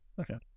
Okay